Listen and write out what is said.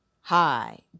Hi